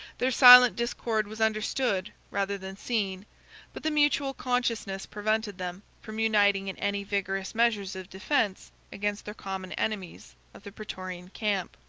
their silent discord was understood rather than seen but the mutual consciousness prevented them from uniting in any vigorous measures of defence against their common enemies of the praetorian camp.